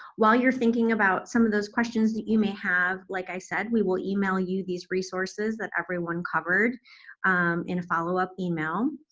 while you're thinking about some of those questions that you may have, like i said, we will email you these resources that everyone covered in a follow-up email,